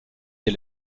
des